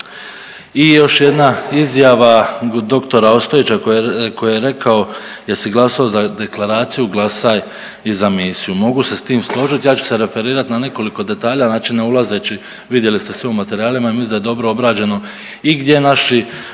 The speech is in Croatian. I još jedna izjava dr. Ostojića koji je rekao jesi glasovao za deklaraciju, glasaj i za misiju. Mogu se s tim složiti. Ja ću se referirati na nekoliko detalja. Znači ne ulazeći vidjeli ste svi u materijalima. Ja mislim da je dobro obrađeno i gdje naši